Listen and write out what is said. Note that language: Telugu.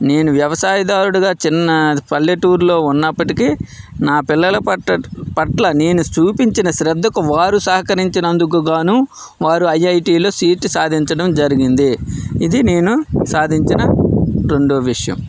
నేను వ్యవసాయదారుడుగా చిన్న పల్లెటూరులో ఉన్నప్పటికీ నా పిల్లల పట్ట పట్ల నేను చూపించిన శ్రద్ధకు వారు సహకరించినందుకు గాను వారు ఐఐటిలో సీట్ సాధించడం జరిగింది ఇది నేను సాధించిన రెండవ విషయం